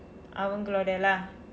அவங்களுட:avangkaluda lah